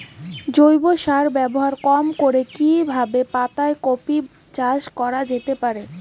জৈব সার ব্যবহার কম করে কি কিভাবে পাতা কপি চাষ করা যেতে পারে?